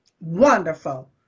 Wonderful